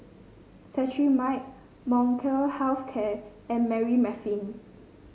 Cetrimide Molnylcke Health Care and Remifemin